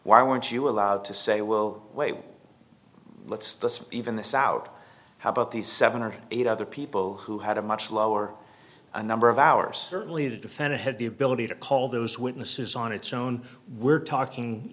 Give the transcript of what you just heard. why weren't you allowed to say we'll wait let's just even this out how about these seven or eight other people who had a much lower number of hours certainly the defendant had the ability to call those witnesses on its own we're talking